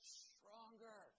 stronger